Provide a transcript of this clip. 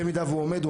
במידה והוא עומד בהם,